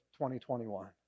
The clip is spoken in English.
2021